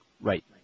right